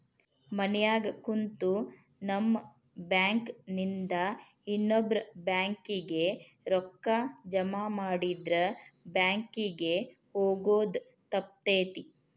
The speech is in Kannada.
ಮನ್ಯಾಗ ಕುಂತು ನಮ್ ಬ್ಯಾಂಕ್ ನಿಂದಾ ಇನ್ನೊಬ್ಬ್ರ ಬ್ಯಾಂಕ್ ಕಿಗೆ ರೂಕ್ಕಾ ಜಮಾಮಾಡಿದ್ರ ಬ್ಯಾಂಕ್ ಕಿಗೆ ಹೊಗೊದ್ ತಪ್ತೆತಿ